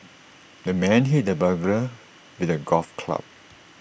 the man hit the burglar with A golf club